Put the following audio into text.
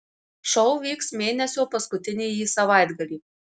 šou vyks mėnesio paskutinįjį savaitgalį